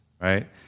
right